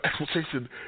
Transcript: expectation